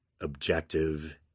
objective